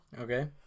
Okay